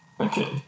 Okay